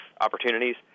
opportunities